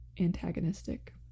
antagonistic